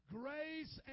grace